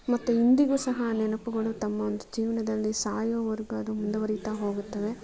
ಮತ್ತೆ ಇಂದಿಗೂ ಸಹ ಆ ನೆನಪುಗಳು ತಮ್ಮ ಜೀವನದಲ್ಲಿ ಸಾಯೊವರ್ಗೂ ಅದು ಮುಂದುವರಿತಾ ಹೋಗುತ್ತದೆ